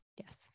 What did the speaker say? Yes